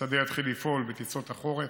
השדה יתחיל לפעול בטיסות החורף.